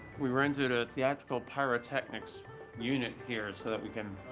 we rented a theatrical pyrotechnics unit here so that we can